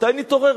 מתי נתעורר?